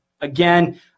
Again